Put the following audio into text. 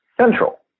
central